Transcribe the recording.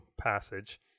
passage